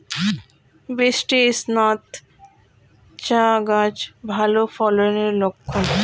বৃষ্টিস্নাত চা গাছ ভালো ফলনের লক্ষন